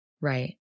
Right